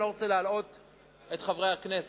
אני לא רוצה להלאות את חברי הכנסת,